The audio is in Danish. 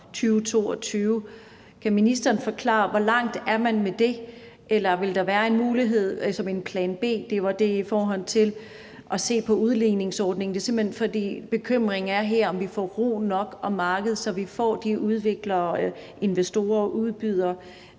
Kan ministeren forklare, hvor langt man er med det, eller vil der være en anden mulighed som en plan B? Jeg nævner det i forhold til muligheden for at se på udligningsordningen, simpelt hen fordi der her er en bekymring for, om vi får ro nok om markedet, så vi får de udviklere og investorer og udbydere